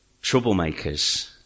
troublemakers